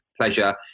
pleasure